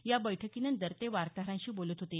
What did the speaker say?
या बैठकीनंतर ते वार्ताहरांशी बोलत होते